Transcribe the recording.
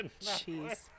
Jeez